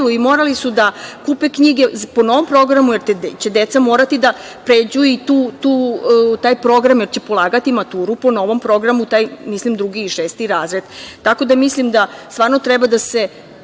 i morali su da kupe knjige po novom programu, jer će deca morati da pređu i taj program, jer će polagati maturu po novom programu, taj drugi i šesti razred. Tako da, mislim da stvarno treba da se